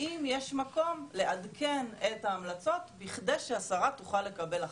האם יש מקום לעדכן את ההמלצות בכדי שהשרה תוכל לקבל החלטה.